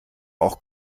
auch